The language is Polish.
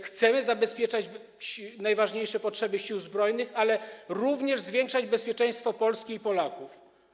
Chcemy zabezpieczać najważniejsze potrzeby Sił Zbrojnych, ale również zwiększać bezpieczeństwo Polski i Polaków.